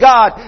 God